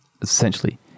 Essentially